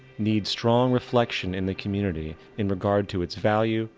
need strong reflection in the community in regards to it's value,